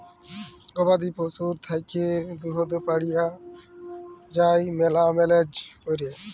গবাদি পশুর থ্যাইকে দুহুদ পাউয়া যায় ম্যালা ম্যালেজ ক্যইরে